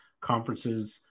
conferences